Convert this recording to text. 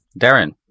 Darren